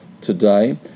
today